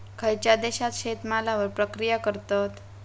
खयच्या देशात शेतमालावर प्रक्रिया करतत?